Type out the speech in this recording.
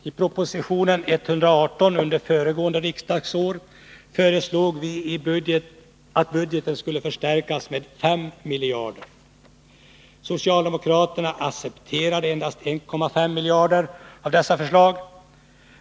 I proposition 118 till föregående riksmöte föreslog vi att budgeten skulle förstärkas med 5 miljarder. Socialdemokraterna accepterade endast förslag som omfattade 1,5 miljarder.